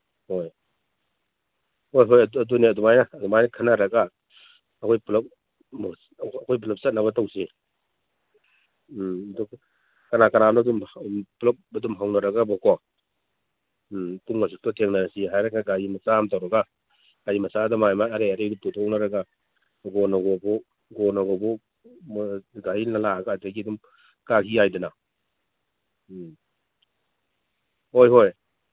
ꯍꯣꯏ ꯍꯣꯏ ꯍꯣꯏ ꯑꯗꯨꯅꯦ ꯑꯗꯨꯃꯥꯏꯅ ꯑꯗꯨꯃꯥꯏꯅ ꯈꯟꯅꯔꯒ ꯑꯩꯈꯣꯏ ꯄꯨꯜꯂꯞ ꯑꯩꯈꯣꯏ ꯄꯨꯂꯞ ꯆꯠꯅꯕ ꯇꯧꯁꯤ ꯎꯝ ꯑꯗꯨ ꯀꯅꯥ ꯀꯅꯥꯅꯣ ꯑꯗꯨꯝꯕ ꯑꯗꯨꯝ ꯄꯨꯂꯞ ꯑꯗꯨꯝ ꯍꯧꯅꯔꯒꯕꯀꯣ ꯎꯝ ꯄꯨꯡ ꯑꯁꯨꯛꯇ ꯊꯦꯡꯅꯔꯁꯤ ꯍꯥꯏꯔꯒ ꯒꯥꯔꯤ ꯃꯆꯥ ꯑꯃ ꯇꯧꯔꯒ ꯒꯥꯔꯤ ꯃꯆꯥꯗ ꯃꯥꯏ ꯃꯥꯏ ꯑꯔꯩꯕꯗꯣ ꯄꯨꯊꯣꯛꯅꯔꯒ ꯒꯣꯔꯒꯅꯣꯔꯕꯧ ꯒꯣꯔꯅꯒꯣꯔꯕꯧ ꯒꯥꯔꯤ ꯂꯥꯛꯑꯒ ꯑꯗꯒꯤ ꯑꯗꯨꯝ ꯀꯥꯒꯤ ꯌꯥꯏꯗꯅ ꯎꯝ ꯍꯣꯏ ꯍꯣꯏ